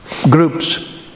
groups